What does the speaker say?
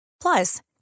Plus